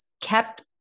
kept